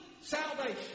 salvation